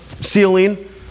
ceiling